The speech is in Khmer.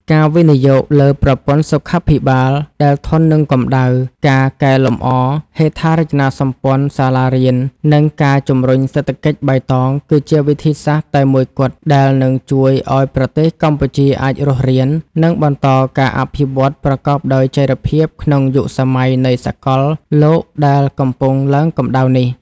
ការវិនិយោគលើប្រព័ន្ធសុខាភិបាលដែលធន់នឹងកម្ដៅ ការកែលម្អហេដ្ឋារចនាសម្ព័ន្ធសាលារៀន និងការជំរុញសេដ្ឋកិច្ចបៃតង គឺជាវិធីសាស្ត្រតែមួយគត់ដែលនឹងជួយឱ្យប្រទេសកម្ពុជាអាចរស់រាន និងបន្តការអភិវឌ្ឍប្រកបដោយចីរភាពក្នុងយុគសម័យនៃសកលលោកដែលកំពុងឡើងកម្ដៅនេះ។